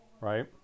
right